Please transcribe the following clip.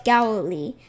Galilee